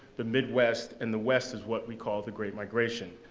the midwest and the west, is what we call the great migration.